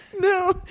No